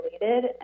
related